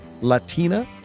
Latina